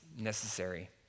necessary